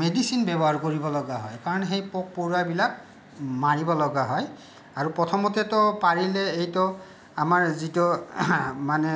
medicine ব্যৱহাৰ কৰিবলগীয়া হয় কাৰণ সেই পোক পৰুৱাবিলাক মাৰিবলগীয়া হয় আৰু প্ৰথমতেতো পাৰিলে এইটো আমাৰ যিটো মানে